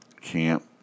camp